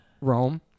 Rome